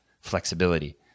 flexibility